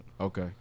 Okay